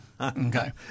Okay